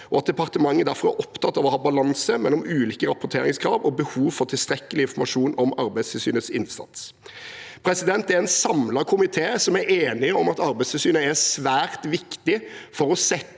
og at departementet derfor er «opptatt av å ha balanse mellom ulike rapporteringskrav og behov for tilstrekkelig informasjon om Arbeidstilsynets innsats». Det er en samlet komité som er enige om at Arbeidstilsynet er svært viktig for å sette